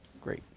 Great